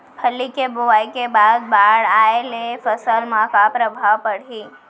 फल्ली के बोआई के बाद बाढ़ आये ले फसल मा का प्रभाव पड़ही?